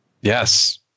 Yes